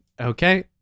Okay